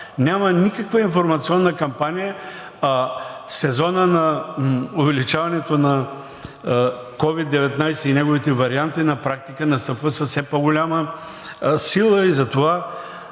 Няма никаква информационна кампания, а сезонът на увеличаването на COVID-19 и неговите варианти на практика настъпва с все по-голяма сила. Затова